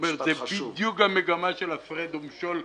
זה בדיוק המגמה של הפרד ומשול בצרכים.